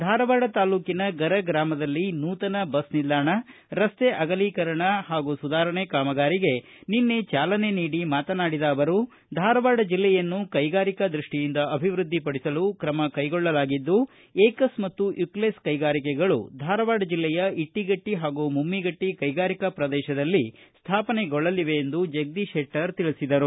ಧಾರವಾಡ ತಾಲೂಕಿನ ಗರಗ ಗ್ರಾಮದಲ್ಲಿ ನೂತನ ಬಸ್ನಿಲ್ದಾಣ ರಸ್ತೆ ಅಗಲೀಕರಣ ಹಾಗೂ ಸುಧಾರಣೆ ಕಾಮಗಾರಿಗೆ ಚಾಲನೆ ನೀಡಿ ಮಾತನಾಡಿದ ಅವರು ಧಾರವಾಡ ಜಿಲ್ಲೆಯನ್ನು ಕೈಗಾರಿಕಾ ದೃಷ್ಟಿಯಿಂದ ಅಭಿವೃದ್ಧಿಪಡಿಸಲು ಕ್ರಮ ಕೈಗೊಳ್ಳಲಾಗಿದ್ದು ಏಕಸ್ ಮತ್ತು ಯುಕ್ಲೆಸ್ ಕೈಗಾರಿಕೆಗಳು ಧಾರವಾಡ ಜಿಲ್ಲೆಯ ಇಟಗಟ್ಟಿ ಹಾಗೂ ಮುಮ್ಬಿಗಟ್ಟಿ ಕೈಗಾರಿಕಾ ಪ್ರದೇಶದಲ್ಲಿ ಸ್ಥಾಪನೆಗೊಳ್ಳಲಿವೆ ಎಂದು ತಿಳಿಸಿದರು